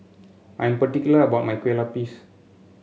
I am particular about my Kueh Lapis